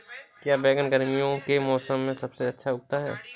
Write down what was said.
क्या बैगन गर्मियों के मौसम में सबसे अच्छा उगता है?